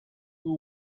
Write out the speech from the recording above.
who